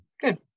Good